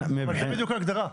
בדיוק ההגדרה.